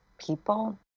people